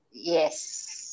Yes